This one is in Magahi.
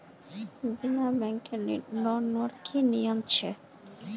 बिना बैंकेर लोन लुबार की नियम छे?